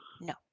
No